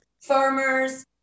farmers